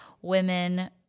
women –